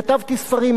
כתבתי ספרים,